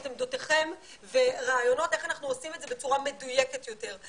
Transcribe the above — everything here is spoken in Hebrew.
עמדותיכם ורעיונות איך אנחנו עושים את זה בצורה מדויקת יותר,